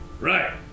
Right